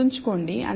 గుర్తుంచుకోండి